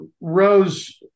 rose